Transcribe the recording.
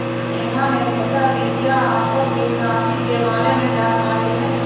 नेहा ने पूछा कि क्या आपको कीटनाशी के बारे में जानकारी है?